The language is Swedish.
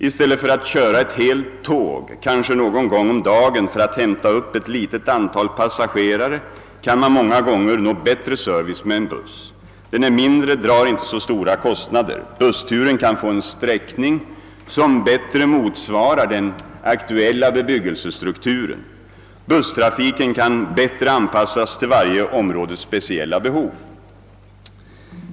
I stället för att köra ett helt tåg kanske någon gång om dagen för att hämta upp ett litet antal passagerare kan man många gånger nå bättre service med en buss. Den är mindre och drar inte så stora kostnader. Bussturen kan få en sträckning som bättre motsvarar den aktuella bebyggelsestrukturen. Busstrafiken kan bättre anpassas till varje områdes speciella behov.